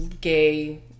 gay